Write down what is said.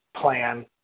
plan